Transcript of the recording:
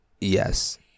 yes